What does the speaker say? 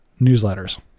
newsletters